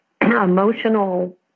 Emotional